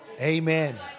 Amen